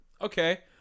Okay